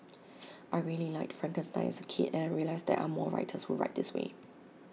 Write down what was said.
I really liked Frankenstein as A kid and I realised there are more writers who write this way